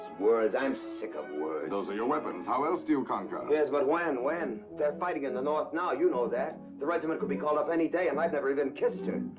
words, i'm sick of words! those are your weapons. how else do you conquer? yes, but when, when? they're fighting in the north, now. you know that. the regiment could be called up any day, and i've never even kissed her!